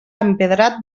empedrat